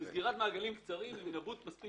סגירת מעגלים קצרים היא נבוט מספיק